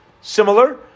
similar